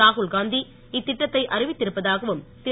ராகுல்காந்தி இத்திட்டத்தை அறிவித்திருப்பதாகவும் திரு